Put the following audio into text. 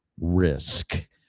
risk